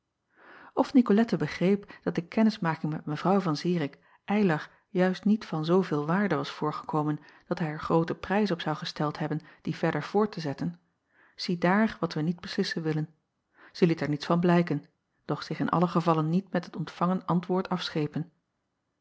f icolette begreep dat de kennismaking met evrouw an irik ylar juist niet van zooveel waarde was voorgekomen dat hij er grooten prijs op zou gesteld hebben die verder voort te zetten ziedaar wat wij niet beslissen willen zij liet er niets van blijken doch zich in allen gevalle niet met het ontvangen antwoord afschepen